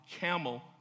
camel